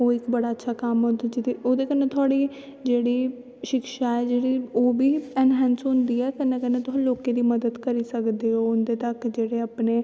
ओह् इक बड़ा अच्छा कम्म ऐ ते ओह्दै कन्नै थोआड़ी शिक्षा ऐ ओह् बी ऐनहैंस होंदी ऐ कन्नै कन्नै लोकें दी मदद करी सकदे ओ उंदे तक अपने